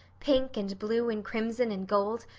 pink and blue and crimson and gold,